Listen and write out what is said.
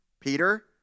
Peter